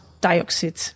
dioxide